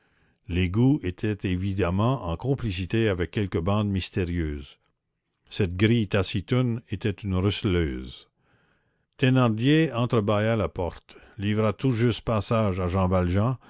l'égout était évidemment en complicité avec quelque bande mystérieuse cette grille taciturne était une receleuse thénardier entre bâilla la porte livra tout juste passage à jean valjean